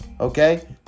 okay